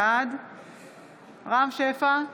בעד רם שפע,